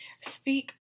speak